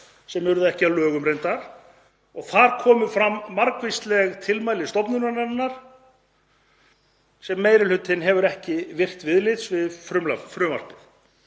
reyndar ekki að lögum, og þar komu fram margvísleg tilmæli stofnunarinnar sem meiri hlutinn hefur ekki virt viðlits við frumvarp